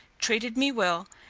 treated me well,